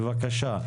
בבקשה.